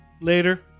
Later